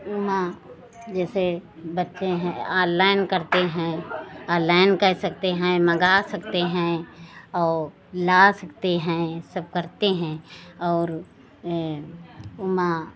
उसमें जैसे बच्चे हैं आनलाएन करते हैं आनलाएन कर सकते हैं मँगा सकते हैं और ला सकते हैं सब करते हैं और उसमें